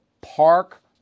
Park